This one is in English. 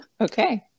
Okay